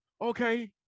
okay